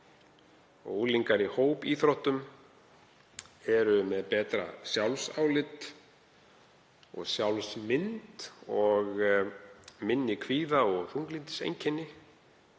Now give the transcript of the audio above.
Unglingar í hópíþróttum eru með betra sjálfsálit og sjálfsmynd og minni kvíða- og þunglyndiseinkenni.